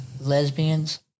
lesbians